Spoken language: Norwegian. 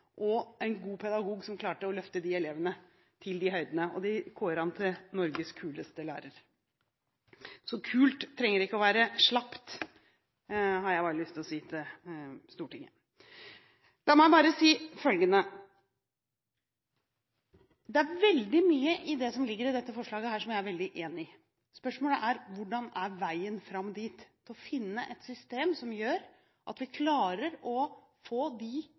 og en god pedagog som klarte å løfte elevene til de høydene, og de kåret ham til Norges kuleste lærer. Så kult trenger ikke å være slapt, har jeg bare lyst til å si til Stortinget. La meg bare si følgende: Det er veldig mye av det som ligger i dette forslaget, som jeg er veldig enig i. Spørsmålet er: Hvordan er veien fram til å finne et system som gjør at vi klarer å sikre oss at de